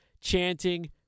chanting